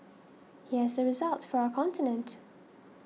here's the results for our continent